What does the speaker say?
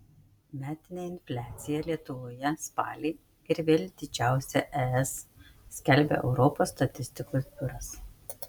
metinė infliacija lietuvoje spalį ir vėl didžiausia es skelbia europos statistikos biuras